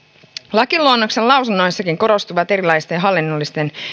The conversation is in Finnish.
lakiluonnoksen lausunnoissakin korostuvat erilaisten hallinnollisten